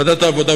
ועדת העבודה,